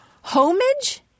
homage